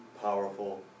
powerful